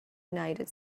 united